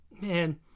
man